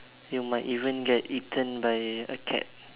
you might even get eaten by a cat